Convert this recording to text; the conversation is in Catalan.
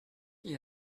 qui